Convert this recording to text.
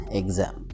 exam